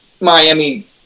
Miami –